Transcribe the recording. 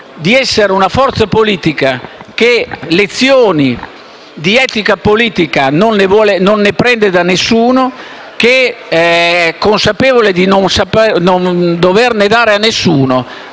di essere una forza politica che lezioni di etica politica non ne prende da nessuno e non deve darle a nessuno.